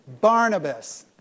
Barnabas